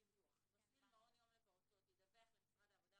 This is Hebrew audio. דיווח 9. מפעיל מעון יום לפעוטות ידווח למשרד העבודה,